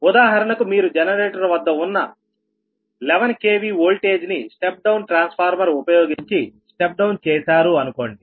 ఉదాహరణకు మీరు జనరేటర్ వద్ద ఉన్న 11 kVవోల్టేజ్ ని స్టెప్ డౌన్ ట్రాన్స్ఫార్మర్ ఉపయోగించి స్టెప్ డౌన్ చేశారు అనుకోండి